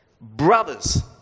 Brothers